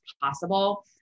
possible